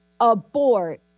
abort